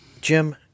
Jim